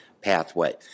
pathway